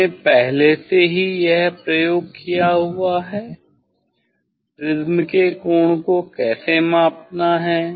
हमने पहले से ही यह प्रयोग किया हुआ है प्रिज्म के कोण को कैसे मापना है